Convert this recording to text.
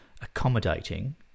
accommodating